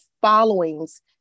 followings